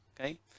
okay